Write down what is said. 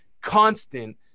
constant